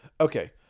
Okay